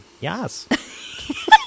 yes